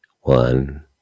One